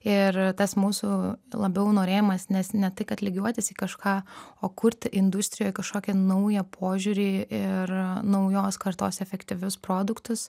ir tas mūsų labiau norėjimas nes ne tai kad lygiuotis į kažką o kurti industrijoj kažkokį naują požiūrį ir naujos kartos efektyvius produktus